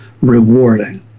rewarding